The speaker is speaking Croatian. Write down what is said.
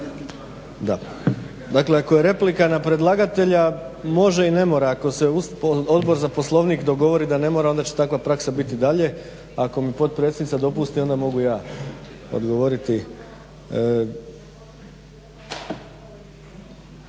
ne. Dakle ako je replika na predlagatelja može i ne mora. Ako se Odbor za poslovnik dogovori da ne mora onda će takva praksa biti dalje. Ako mi potpredsjednica dopusti onda mogu ja odgovoriti.